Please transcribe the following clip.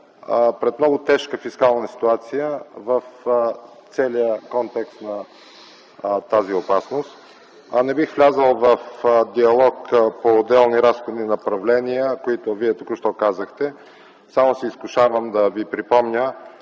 пред много тежка фискална ситуация в целия контекст на тази опасност. Не бих влязъл в диалог по отделни разходни направления, които Вие току-що казахте. Само се изкушавам да Ви припомня,